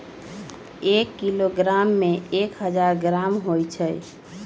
एक किलोग्राम में एक हजार ग्राम होई छई